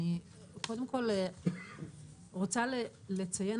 אני קודם כל רוצה לציין,